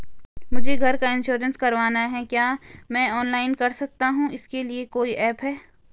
मुझे घर का इन्श्योरेंस करवाना है क्या मैं ऑनलाइन कर सकता हूँ इसके लिए कोई ऐप है?